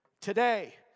today